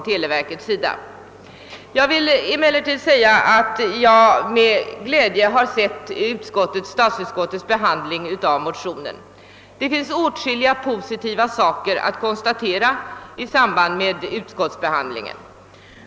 Att antalet missnöjda är stort kan jag garantera med hänsyn till den mängd brev jag fått från teleabonnenter. Jag har med glädje noterat statsutskottets behandling av motionen. Det finns åtskilliga positiva saker att konstatera i samband med utskottets behandling.